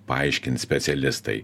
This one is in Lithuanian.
paaiškins specialistai